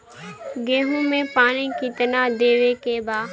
गेहूँ मे पानी कितनादेवे के बा?